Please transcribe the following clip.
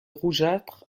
rougeâtre